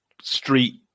street